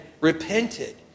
repented